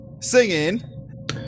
singing